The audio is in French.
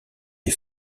des